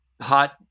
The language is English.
hot